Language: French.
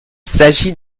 s’agit